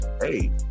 hey